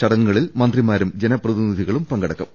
ചടങ്ങുകളിൽ മന്ത്രി മാരും ജനപ്രതിനിധികളും പങ്കെടുക്കും